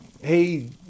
hey